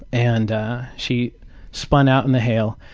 and she spun out in the hail,